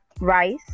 rice